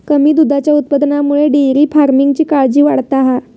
कमी दुधाच्या उत्पादनामुळे डेअरी फार्मिंगची काळजी वाढता हा